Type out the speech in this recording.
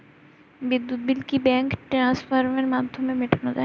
বিদ্যুৎ বিল কি ব্যাঙ্ক ট্রান্সফারের মাধ্যমে মেটানো য়ায়?